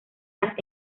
las